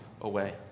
away